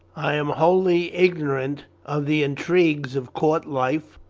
i am wholly ignorant of the intrigues of court life,